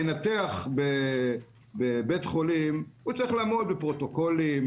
מנתח בבית חולים צריך לעמוד בפרוטוקולים,